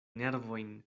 nervojn